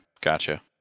Gotcha